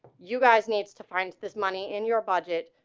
you guys needs to find this money in your budget.